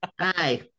hi